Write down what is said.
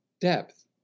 depth